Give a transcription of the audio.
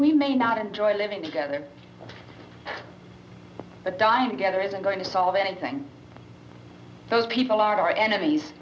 we may not enjoy living together but dying together isn't going to solve anything those people are enemies